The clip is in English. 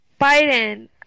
Biden